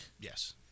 Yes